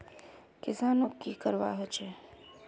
किसानोक की करवा होचे?